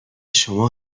شما